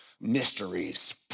mysteries